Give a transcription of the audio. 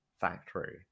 factory